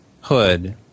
hood